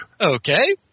okay